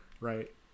right